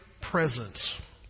presence